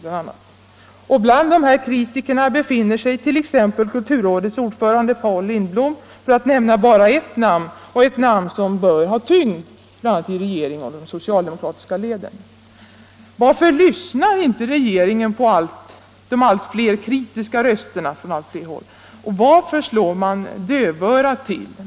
Bland de här kritikerna befinner sig t.ex. kulturrådets ordförande, Paul Lindblom, för att nämna bara ett namn men ett namn som bör ha tyngd både hos regeringen och i de socialdemokratiska leden. Varför lyssnar inte regeringen på de allt fler kritiska rösterna från allt fler håll? Varför slår man dövörat till?